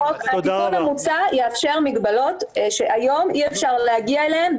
התיקון המוצע יאפשר מגבלות שהיום אי אפשר להגיע אליהן.